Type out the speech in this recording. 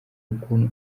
ukuntu